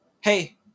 Hey